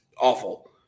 awful